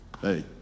hey